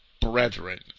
brethren